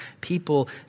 people